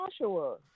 Joshua